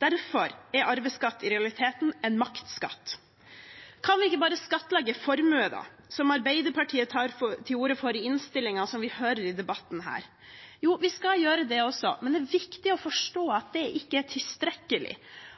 Derfor er arveskatt i realiteten en maktskatt. Kan vi ikke bare skattlegge formue, slik Arbeiderpartiet tar til orde for i innstillingen, og som vi hører her i debatten? Jo, vi skal gjøre det også. Men det er viktig å forstå